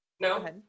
No